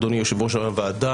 אדוני יושב-ראש הוועדה,